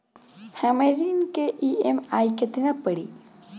हमर ऋण के ई.एम.आई केतना पड़ी?